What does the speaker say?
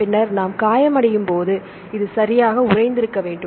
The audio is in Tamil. பின்னர் நாம் காயமடையும் போது எனவே இது சரியாக உறைந்திருக்க வேண்டும்